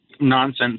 nonsense